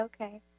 Okay